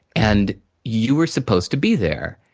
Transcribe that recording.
and you were supposed to be there.